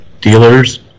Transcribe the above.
dealers